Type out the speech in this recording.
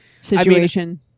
situation